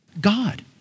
God